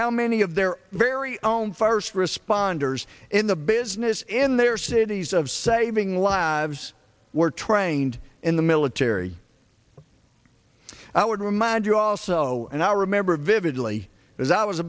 how many of their very own first responders in the business in their cities of saving lives were trained in the military i would remind you also and i remember vividly